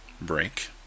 break